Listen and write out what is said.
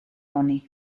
honi